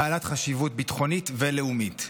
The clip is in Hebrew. חשיבות ביטחונית ולאומית.